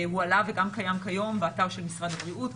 הועלו וגם קיימים כיום באתר של משרד הבריאות.